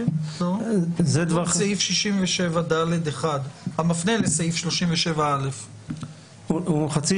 כל סעיף 67ד(1) המפנה לסעיף 37א. חצי